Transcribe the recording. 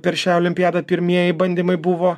per šią olimpiadą pirmieji bandymai buvo